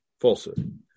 falsehood